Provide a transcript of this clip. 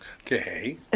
Okay